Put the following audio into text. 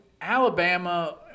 Alabama